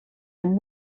amb